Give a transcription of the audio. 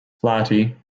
flaherty